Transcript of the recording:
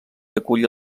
acollir